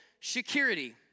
security